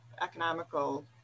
economical